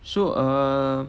so err